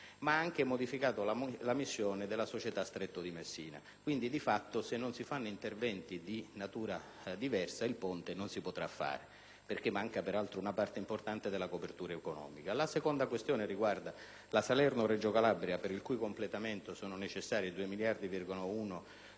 ma ha anche modificato la missione della società Stretto di Messina. Quindi, di fatto, se non si fanno interventi di natura diversa il ponte non si potrà fare, perché manca peraltro una parte importante della copertura economica. La seconda questione riguarda l'autostrada Salerno-Reggio Calabria, per il cui completamento sono necessari 2,1 miliardi